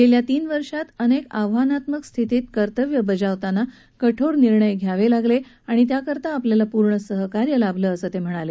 गेल्या तीन वर्षात अनेक आव्हानात्मक परिस्थितीत कर्तव्य बजावताना कठोर निर्णय घ्यावे लागले आणि त्यासाठी आपल्याला पूर्ण सहकार्य लाभलं असं ते म्हणाले